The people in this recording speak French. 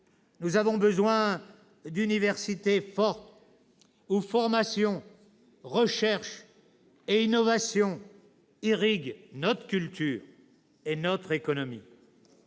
Nous avons besoin d'universités fortes où formation, recherche et innovation irriguent notre culture et notre économie.